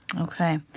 Okay